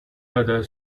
other